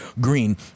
Green